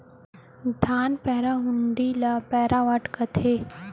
धान पैरा के हुंडी ल पैरावट कथें